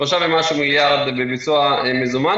3 ומשהו מיליארד לביצוע במזומן,